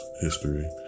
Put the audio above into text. history